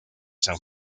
san